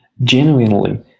genuinely